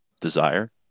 desire